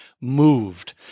moved